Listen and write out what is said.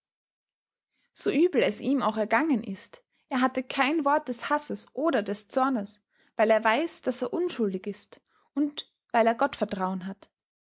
so übel es ihm auch ergangen ist er hatte kein wort des hasses oder des zornes weil er weiß daß er unschuldig ist und weil er gottvertrauen hat